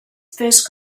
first